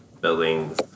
buildings